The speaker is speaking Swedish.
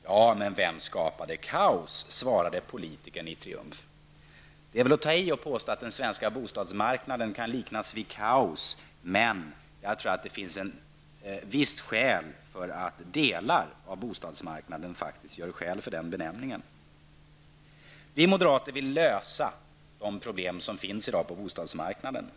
Ja, men vem skapade kaos, svarade politikern i triumf. Det är väl att ta i att påstå att den svenska bostadsmarknaden kan liknas vid ett kaos, men jag tror att delar av bostadsmarknaden faktiskt gör skäl för den benämningen. Vi moderater vill lösa de problem som i dag finns på bostadsmarknaden.